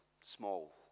small